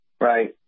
Right